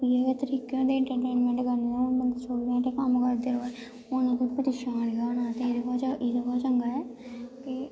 इ'यै गै तरीके होंदे इंट्रटेनमैंट करने दे हून मतलब चौबी घैंटे कम्म करदे रवै हून परेशान गै होना ते एह्दे कोला चंगा ऐ कि